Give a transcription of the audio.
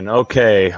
okay